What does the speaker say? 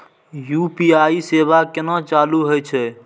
UPI सेवा केना चालू है छै?